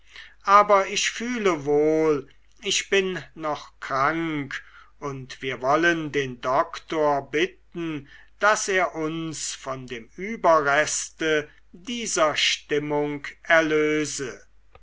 aber ich fühle wohl ich bin noch krank und wir wollen den doktor bitten daß er uns von dem überreste dieser stimmung erlöse